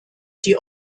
die